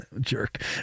jerk